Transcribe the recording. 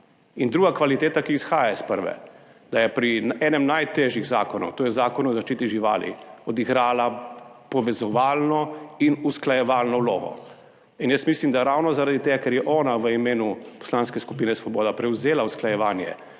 In druga kvaliteta, ki izhaja iz prve, da je pri enem najtežjih zakonov, to je Zakon o zaščiti živali, odigrala povezovalno in usklajevalno vlogo. In jaz mislim, da ravno zaradi tega, ker je ona v imenu Poslanske skupine Svoboda prevzela usklajevanje